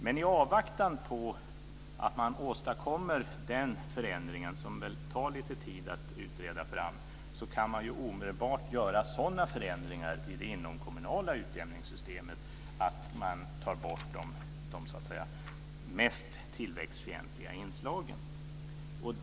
Men i avvaktan på att man åstadkommer den förändringen, som väl tar lite tid att utreda fram, kan man omedelbart göra sådana förändringar i det inomkommunala utjämningssystemet att man tar bort de mest tillväxtfientliga inslagen.